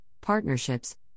partnerships